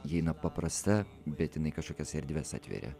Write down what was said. ji paprasta bet jinai kažkokias erdves atveria